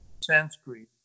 Sanskrit